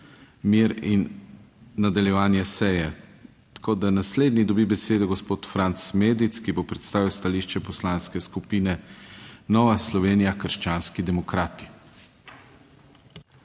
mir in nadaljevanje seje. Tako, da naslednji dobi besedo gospod Franc Medic, ki bo predstavil stališče Poslanske skupine Nova Slovenija - krščanski demokrati.